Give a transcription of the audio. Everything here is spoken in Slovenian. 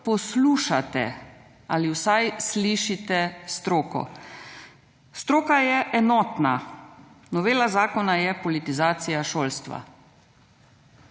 poslušate ali vsaj slišite stroko. Stroka je enotna, novela zakona je politizacija šolstva.